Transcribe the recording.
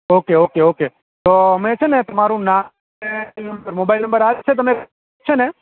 okay okay okay તો મેં છે ને તમારૂ નામ ને મોબાઈલ નંબર આ જ છે ને